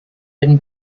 been